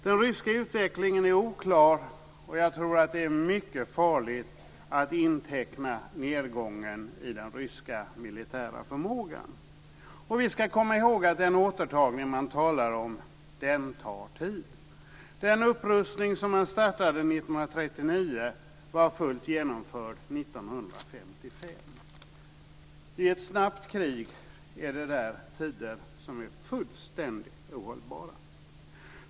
Den ryska utvecklingen är oklar, och jag tror att det är mycket farligt att inteckna nedgången i den ryska militära förmågan. Vi ska komma ihåg att den återtagning man talar om tar tid. Den upprustning som man startade 1939 var fullt genomförd 1955. I ett snabbt krig är det där tider som är fullständigt ohållbara.